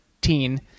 Teen